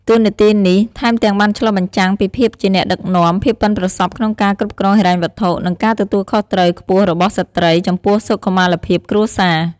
តួនាទីនេះថែមទាំងបានឆ្លុះបញ្ចាំងពីភាពជាអ្នកដឹកនាំ ភាពប៉ិនប្រសប់ក្នុងការគ្រប់គ្រងហិរញ្ញវត្ថុ និងការទទួលខុសត្រូវខ្ពស់របស់ស្ត្រីចំពោះសុខុមាលភាពគ្រួសារ។